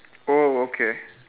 oh okay